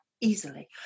easily